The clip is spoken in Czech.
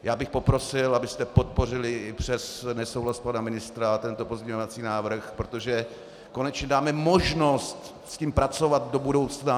Já bych poprosil, abyste podpořili i přes nesouhlas pana ministra tento pozměňovací návrh, protože konečně dáme možnost s tím pracovat do budoucna.